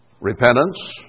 repentance